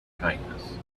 kindness